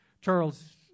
Charles